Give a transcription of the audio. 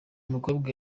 mukobwa